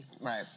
Right